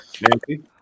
Nancy